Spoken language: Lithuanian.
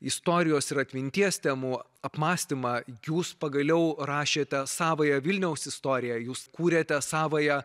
istorijos ir atminties temų apmąstymą jūs pagaliau rašėte savąją vilniaus istoriją jūs kūrėte savąją